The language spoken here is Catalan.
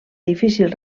difícil